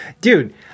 dude